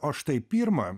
o štai pirmą